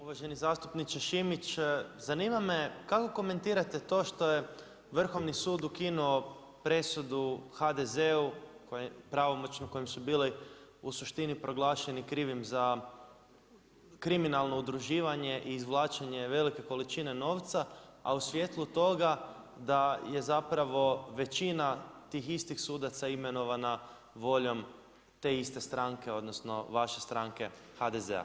Uvaženi zastupniče Šimić, zanima me kako komentirate to što je Vrhovni sud ukinuo presudu HDZ-u pravomoćno kojim su bili u suštini proglašeni krivim za kriminalno udruženje i izvlačenje velike količine novca a u svjetlu toga da je zapravo većina tih istih sudaca imenovana voljom te iste stranke odnosno vaše strane HDZ-a?